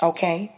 Okay